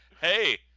Hey